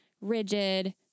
rigid